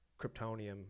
kryptonium